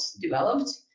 developed